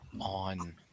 on